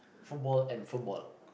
football and football